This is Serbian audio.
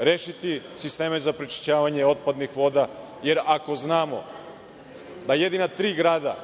rešiti sisteme za prečišćavanje otpadnih voda. Jer, ako znamo da jedina tri grada